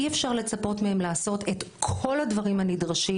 אי אפשר לצפות מהם לעשות את כל הדברים הנדרשים